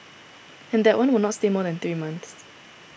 and that one will not stay more than three months